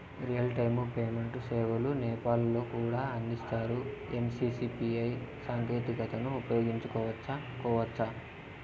Real time payment సేవలు నేపాల్ లో కూడా అందిస్తారా? ఎన్.సి.పి.ఐ సాంకేతికతను ఉపయోగించుకోవచ్చా కోవచ్చా?